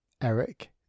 eric